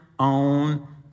on